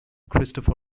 christopher